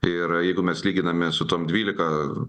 ir jeigu mes lyginamės su tom dvylika